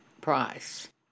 price